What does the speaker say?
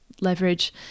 leverage